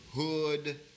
hood